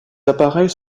appareils